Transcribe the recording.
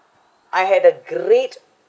I had a great